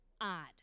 odd